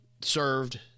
served